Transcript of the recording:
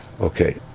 okay